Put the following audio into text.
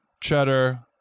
cheddar